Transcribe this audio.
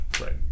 right